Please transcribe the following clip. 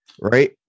Right